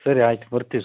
ಸರಿ ಆಯ್ತು ಬರ್ತೀವಿ ಸರ್